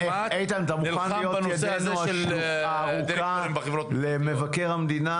איתן אתה מוכן להיות ידינו הארוכה למבקר המדינה